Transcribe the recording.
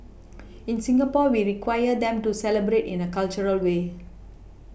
in Singapore we require them to celebrate in a cultural way